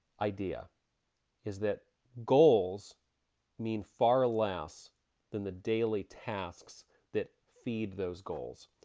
idea is that goals mean far less than the daily tasks that feed those goals.